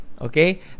Okay